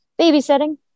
Babysitting